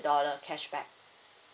dollar cashback